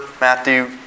Matthew